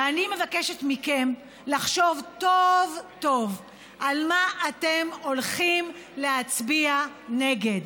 ואני מבקשת מכם לחשוב טוב טוב על מה אתם הולכים להצביע נגד.